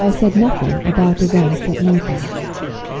but i said nothing about events at naples.